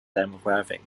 demographic